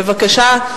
בבקשה.